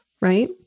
right